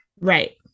Right